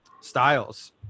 styles